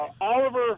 Oliver